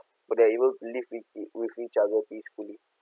but they are able to live with with each other peacefully